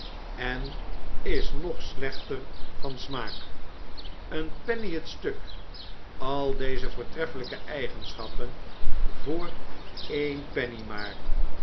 en is nog slechter van smaak een penny het stuk al deze voortreffelijke eigenschappen voor één penny maar